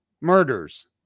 murders